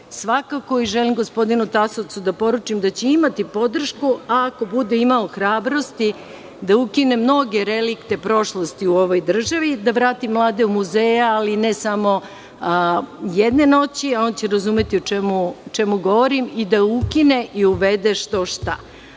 svakako. Želim gospodinu Tasovcu da poručim da će imati podršku, ako bude imao hrabrosti da ukine mnoge relikte prošlosti u ovoj državi, da vrati mlade u muzeje, ali ne samo jedne noći, on će razumeti o čemu govorim, i da ukine i uvede što